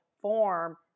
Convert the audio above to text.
form